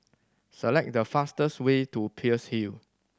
select the fastest way to Peirce Hill